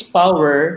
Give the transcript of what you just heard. power